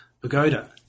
pagoda